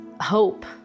hope